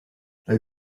they